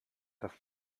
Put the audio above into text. das